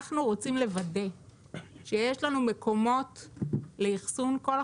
אנחנו רוצים לוודא שיש לנו מקומות לאחסון כל החומרים.